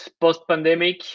post-pandemic